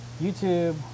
YouTube